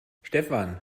stefan